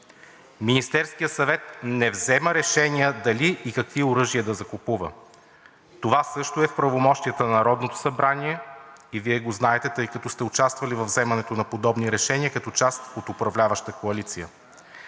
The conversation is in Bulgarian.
Министерският съвет не взима решения дали и какви оръжия да закупува. Това също е в правомощията на Народното събрание и Вие го знаете, тъй като сте участвали във взимането на подобни решения като част от управляваща коалиция.